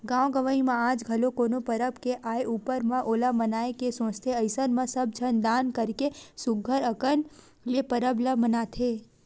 गाँव गंवई म आज घलो कोनो परब के आय ऊपर म ओला मनाए के सोचथे अइसन म सब झन दान करके सुग्घर अंकन ले परब ल मनाथे